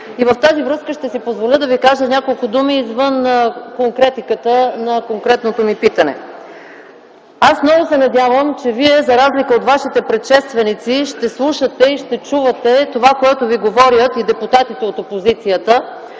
с това ще си позволя да Ви кажа няколко думи извън конкретиката на питането си. Много се надявам, че Вие, за разлика от Вашите предшественици, ще слушате и ще чувате това, което Ви говорят и депутатите от опозицията,